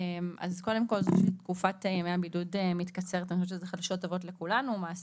תקופת ימי הבידוד מתקצרת למעסיקים,